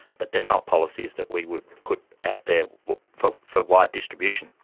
but they're not policies that we would put out there for for wide distribution.